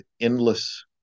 endless